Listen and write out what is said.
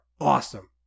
awesome